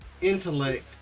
intellect